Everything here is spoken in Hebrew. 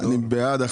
מי נגד?